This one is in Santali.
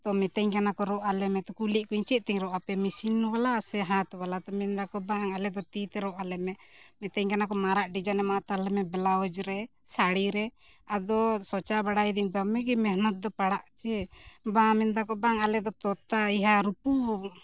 ᱛᱳ ᱢᱤᱛᱟᱹᱧ ᱠᱟᱱᱟ ᱠᱚ ᱨᱚᱜ ᱟᱞᱮ ᱢᱮᱛᱚ ᱠᱩᱞᱤᱭᱮᱫ ᱠᱚᱣᱟᱹᱧ ᱪᱮᱫᱛᱮᱧ ᱨᱚᱜ ᱟᱯᱮᱭᱟ ᱵᱟᱞᱟ ᱥᱮ ᱦᱟᱛ ᱵᱟᱞᱟ ᱛᱳ ᱢᱮᱱᱮᱫᱟᱠᱚ ᱵᱟᱝ ᱟᱞᱮᱫᱚ ᱛᱤ ᱛᱮ ᱨᱚᱜ ᱟᱞᱮ ᱢᱮ ᱢᱤᱛᱟᱹᱧ ᱠᱟᱱᱟ ᱠᱚ ᱢᱟᱨᱟᱜ ᱮᱢᱟᱣᱟᱛᱟᱞᱮᱢᱮ ᱵᱞᱟᱣᱩᱡᱽ ᱨᱮ ᱥᱟᱹᱲᱤᱨᱮ ᱟᱫᱚ ᱥᱚᱪᱟ ᱵᱟᱲᱟᱭ ᱮᱫᱟᱹᱧ ᱫᱚᱢᱮ ᱜᱮ ᱢᱮᱦᱱᱚᱛ ᱫᱚ ᱯᱟᱲᱟᱜ ᱪᱮ ᱵᱟᱝ ᱢᱮᱱᱫᱟᱠᱚ ᱵᱟᱝ ᱟᱞᱮ ᱫᱚ ᱛᱚᱛᱟ ᱤᱭᱟᱹ ᱨᱩᱯᱩ